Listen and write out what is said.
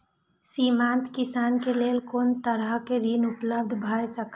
सीमांत किसान के लेल कोन तरहक ऋण उपलब्ध भ सकेया?